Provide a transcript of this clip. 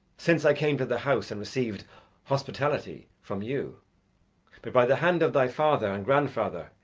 since i came to the house and received hospitality from you but by the hand of thy father and grandfather,